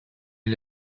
est